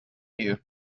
you